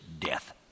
death